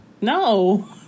no